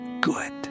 Good